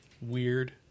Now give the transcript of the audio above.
Weird